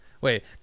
Wait